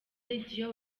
radio